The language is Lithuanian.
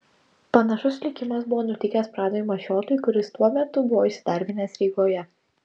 panašus likimas buvo nutikęs pranui mašiotui kuris tuo metu buvo įsidarbinęs rygoje